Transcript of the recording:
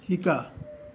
শিকা